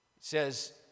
says